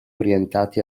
orientati